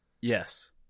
Yes